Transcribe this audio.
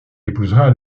épousera